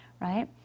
Right